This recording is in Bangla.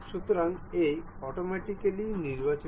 সুতরাং এটি অটোমেটিক্যালি নির্বাচিত